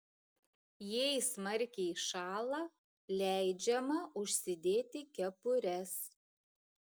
jei smarkiai šąla leidžiama užsidėti kepures